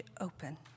open